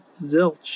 zilch